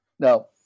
Now